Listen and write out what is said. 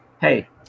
hey